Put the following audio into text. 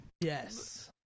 Yes